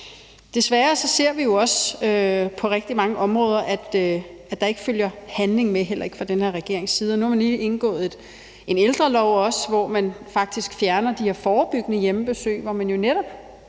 Desværre ser vi også på rigtig mange områder, at der ikke følger handling med, heller ikke fra den her regerings side. Nu har man også lige indgået en ældrelov, hvormed man faktisk fjerner de her forebyggende hjemmebesøg, som netop